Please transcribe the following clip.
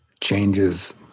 changes